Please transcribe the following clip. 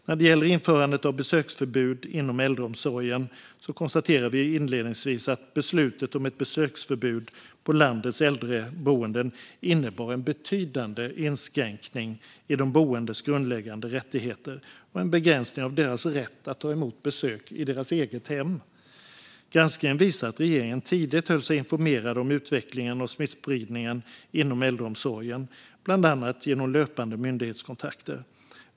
När det gäller införandet av besöksförbud inom äldreomsorgen konstaterar vi inledningsvis att beslutet om ett besöksförbud på landets äldreboenden innebar en betydande inskränkning i de boendes grundläggande rättigheter och en begränsning av deras rätt att ta emot besök i sitt eget hem. Granskningen visar att regeringen tidigt höll sig informerad om utvecklingen av smittspridningen inom äldreomsorgen, bland annat genom löpande myndighetskontakter.